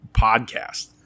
podcast